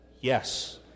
Yes